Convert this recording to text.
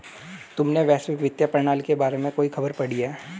तुमने वैश्विक वित्तीय प्रणाली के बारे में कोई खबर पढ़ी है?